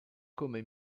come